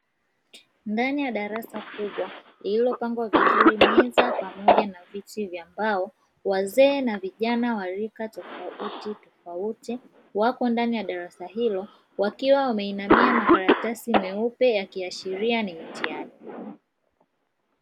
Ndani ya darasa kubwa lililopangwa vizuri, meza pamoja na viti vya mbao, wazee na vijana wa rika tofautitofauti, wako ndani ya darasa hilo, wakiwa wameinamia makaratasi meupe, yakiashiria ni mitihani.